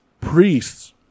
priests